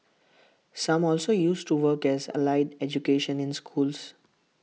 some also used to work as allied educations in schools